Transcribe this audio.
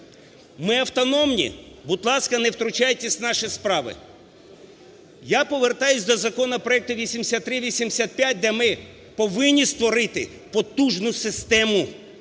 ми автономні; будь ласка, не втручайтесь в наші справи. Я повертаюся до законопроекту 8385, де ми повинні створити потужну систему,